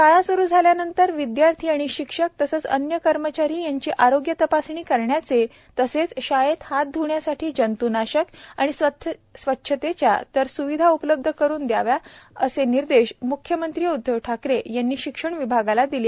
शाळा सुरु झाल्यानंतर विदयार्थी व शिक्षक तसेच अन्न्य कर्मचारी यांची आरोग्य तपासणी करण्याचे तसेच शाळेत हात ध्ण्यासाठी जंतूनाशक व स्वच्छतेच्या तर सुविधा उपलब्ध करून द्याव्यात असे निर्देश मुख्यमंत्री उद्वव ठाकरे यांनी शिक्षण विभागाला दिले